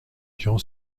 durant